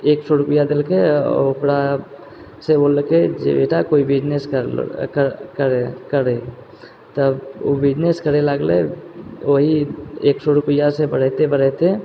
एक सौ रुपैआ देलकै ओ ओकरासँ बोललकै जे बेटा कोइ बिजनेस कर लो करै तब ओ बिजनेस करै लागलै ओहि एक सौ रुपैआसँ बढैते बढैते